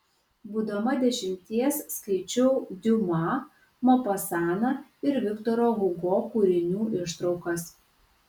būdama dešimties skaičiau diuma mopasaną ir viktoro hugo kūrinių ištraukas